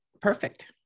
perfect